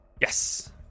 Yes